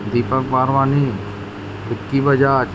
Deepak Barwani Vicky Bajaj